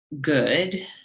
good